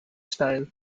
style